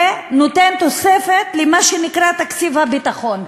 נותן תוספת למה שנקרא תקציב הביטחון.